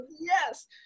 yes